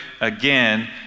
again